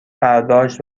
برداشت